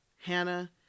hannah